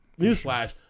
newsflash